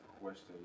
question